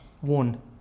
one